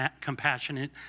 compassionate